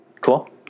Cool